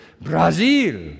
Brazil